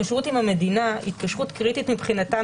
התקשרות עם המדינה היא התקשרות קריטית מבחינתם